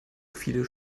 viele